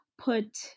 put